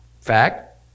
fact